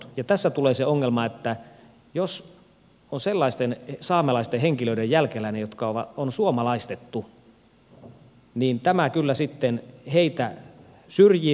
tässä tulee se ongelma että jos on sellaisten saamelaisten henkilöiden jälkeläinen jotka on suomalaistettu niin tämä pykälä mitä hallitus esittää kyllä sitten heitä syrjii